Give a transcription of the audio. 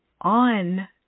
on